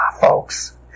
Folks